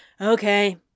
Okay